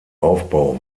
aufbau